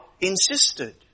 insisted